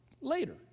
Later